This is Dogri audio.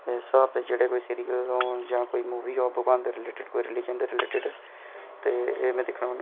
मेरे स्हाबै दे कोई सीरियल गै होन जां कोई होग कोई भगवान दे रीलेटेड रलीज़न दे रिलेटेड ते एह् मे दिक्खना होन्नां